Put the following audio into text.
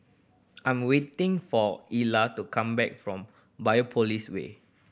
I am waiting for Illa to come back from Biopolis Way